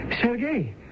Sergei